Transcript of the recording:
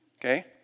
Okay